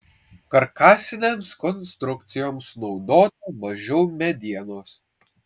karkasinėms konstrukcijoms naudota mažiau medienos